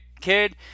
kid